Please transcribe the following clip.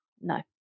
No